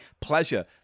pleasure